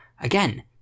Again